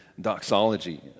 doxology